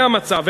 זה המצב.